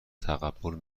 تقبل